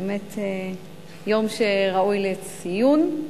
באמת יום שראוי לציון,